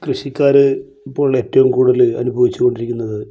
കൃഷിക്കാർ ഇപ്പോൾ ഏറ്റവും കൂടുതൽ അനുഭവിച്ച് കൊണ്ടിരിക്കുന്നത്